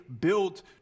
built